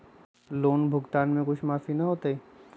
Loan भुगतान में कुछ माफी न होतई?